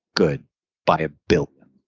good by a billion.